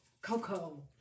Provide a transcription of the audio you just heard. Coco